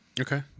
Okay